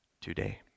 today